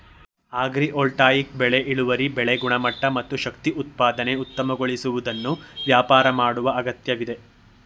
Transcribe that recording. agrivoltaic ಬೆಳೆ ಇಳುವರಿ ಬೆಳೆ ಗುಣಮಟ್ಟ ಮತ್ತು ಶಕ್ತಿ ಉತ್ಪಾದನೆ ಉತ್ತಮಗೊಳಿಸುವುದನ್ನು ವ್ಯಾಪಾರ ಮಾಡುವ ಅಗತ್ಯವಿದೆ